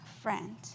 friend